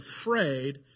afraid